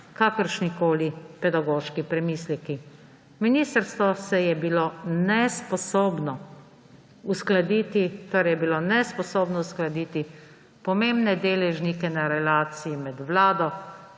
kakršnikoli pedagoški premisleki. Ministrstvo se je bilo nesposobno uskladiti, torej je bilo nesposobno uskladiti pomembne deležnike na relaciji med Vlado,